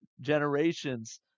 generations